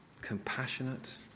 compassionate